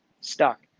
stuck